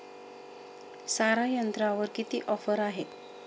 सारा यंत्रावर किती ऑफर आहे?